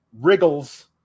wriggles